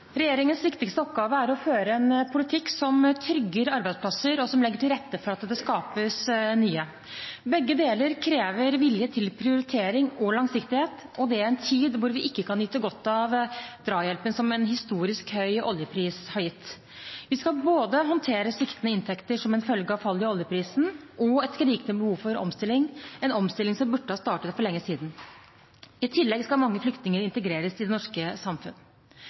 Regjeringens viktigste oppgave er å føre en politikk som trygger arbeidsplasser, og som legger til rette for at det skapes nye. Begge deler krever vilje til prioritering og langsiktighet, og det i en tid hvor vi ikke kan nyte godt av drahjelpen som en historisk høy oljepris har gitt. Vi skal håndtere både sviktende inntekter som en følge av fallet i oljeprisen, og et skrikende behov for omstilling, en omstilling som burde ha startet for lenge siden. I tillegg skal mange flyktninger integreres i det norske